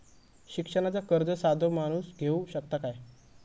शिक्षणाचा कर्ज साधो माणूस घेऊ शकता काय?